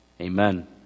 amen